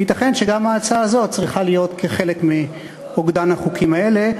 וייתכן שגם ההצעה הזאת צריכה להיות חלק מאוגדן החוקים האלה.